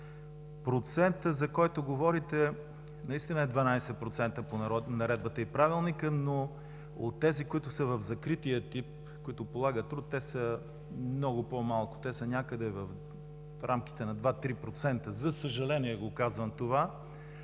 Процентът, за който говорите, наистина е 12% по Наредбата и Правилника, но от тези, които са в закрития тип, които полагат труд, те са много по-малко, те са някъде в рамките на 2-3%, за съжаление, го казвам това,